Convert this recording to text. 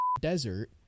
desert